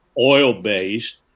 oil-based